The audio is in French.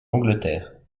angleterre